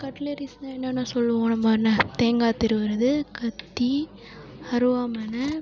கட்லரிஸ்னால் என்னென்ன சொல்லுவோம் நம்ம என்ன தேங்காய் திருவுறது கத்தி அருவாள்மணை